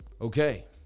Okay